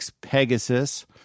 Pegasus